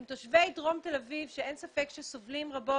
עם תושבי דרום תל אביב, שאין ספק שסובלים רבות